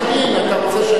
אתה רוצה שאני,